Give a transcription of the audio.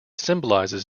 symbolizes